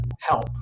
help